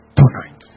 tonight